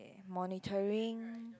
monitoring